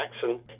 Jackson